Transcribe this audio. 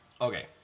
Okay